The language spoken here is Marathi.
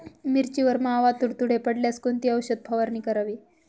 मिरचीवर मावा, तुडतुडे पडल्यास कोणती औषध फवारणी करावी?